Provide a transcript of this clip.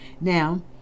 Now